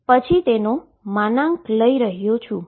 અને પછી તેનો મોડ્યુલસ લઈ રહ્યો છું